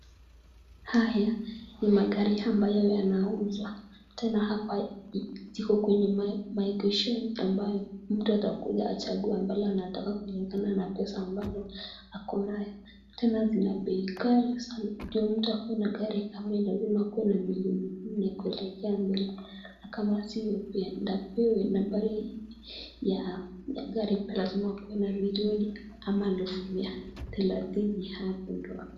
Haya ni magari ambayo yanauzwa, tena hapa ziko kwenye maegeshoni ambayo mtu atakuja achague ambalo anataka kulingana na pesa ambazo ako nazo. Tena ni ya bei ghali sana. Ili mtu awe na gari kama hili, lazima awe na milioni nne kuendelea mbele na kama si hivo lazima awe na milioni ama nusu milioni ama elfu thelathini hapo.